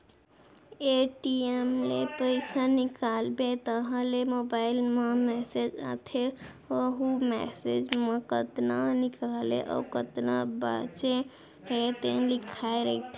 ATM ले पइसा निकालबे तहाँ ले मोबाईल म मेसेज आथे वहूँ मेसेज म कतना निकाले अउ कतना बाचे हे तेन लिखाए रहिथे